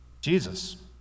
Jesus